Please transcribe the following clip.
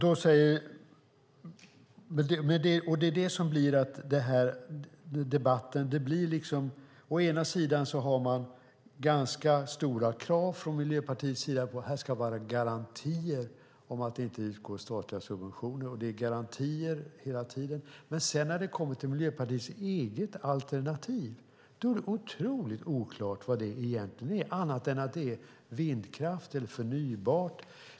Å ena sidan har Miljöpartiet ganska stora krav på att det ska vara garantier om att det inte utgår statliga subventioner, men sedan när det kommer till Miljöpartiets eget alternativ är det otroligt oklart vad det egentligen är annat än att det är vindkraft eller förnybart.